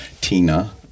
Tina